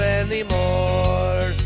anymore